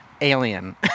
alien